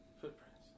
Footprints